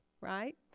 right